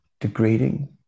degrading